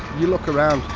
you look around,